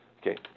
Okay